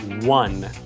one